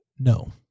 No